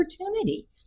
opportunity